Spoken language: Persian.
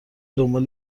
دنبال